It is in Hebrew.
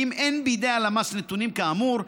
ואם אין בידי הלמ"ס נתונים כאמור,